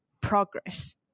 progress